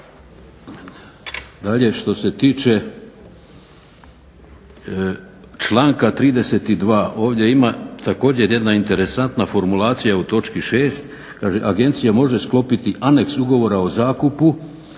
Dalje što se tiče članka 32., ovdje ima također jedna interesantna formulacija u točki 6., kaže: agencija može sklopiti aneks ugovora o zakupu